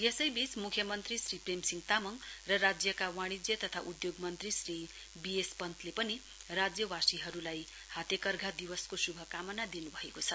यसैवीच मुख्यमन्त्री श्री प्रेमसिंह तामङ र वाणिज्य तथा उद्योगमन्त्री श्री वी एस पन्तले पनि राज्यवासीहरूलाई हस्तेकर्धा दिवसको शुभकामना दिनुभएको छ